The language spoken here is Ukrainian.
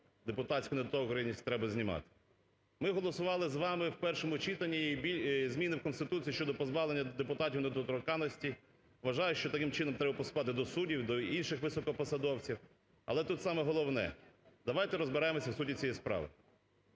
депутатську недоторканність треба знімати. Ми голосували з вами в першому читанні і зміни в Конституції щодо позбавлення депутатів недоторканності. Вважаю, що таким чином треба поступати і до суддів, до інших високопосадовців. Але тут саме головне. Давайте розберемося з позиції справи.